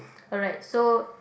alright so